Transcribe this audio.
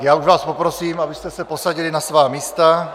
Já už vás poprosím, abyste se posadili na svá místa.